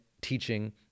teaching